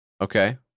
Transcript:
Okay